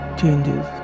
changes